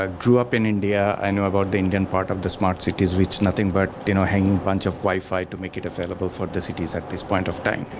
ah grew up in india. i know about the indian part of the smart cities. which nothing but, you know, hanging bunch of wi-fi to make it available for the cities at this point of time.